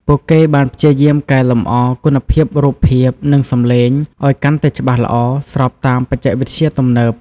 ពួកគេបានព្យាយាមកែលម្អ គុណភាពរូបភាព និងសំឡេង ឲ្យកាន់តែច្បាស់ល្អ ស្របតាមបច្ចេកវិទ្យាទំនើប។